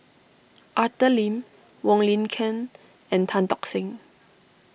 Arthur Lim Wong Lin Ken and Tan Tock Seng